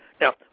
Now